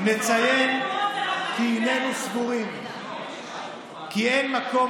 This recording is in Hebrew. נציין כי היננו סבורים כי אין מקום